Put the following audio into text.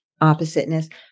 oppositeness